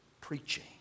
preaching